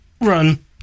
run